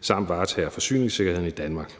samt varetager forsyningssikkerheden i Danmark.